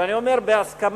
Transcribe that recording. כשאני אומר "בהסכמה",